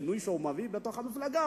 השינוי שהוא מביא למפלגה,